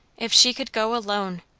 if she could go alone!